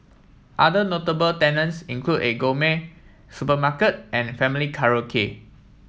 other notable tenants include a gourmet supermarket and family karaoke